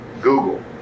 Google